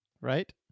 Right